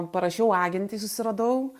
parašiau agentei susiradau